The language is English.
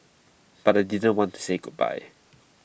but I didn't want to say goodbye